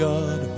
God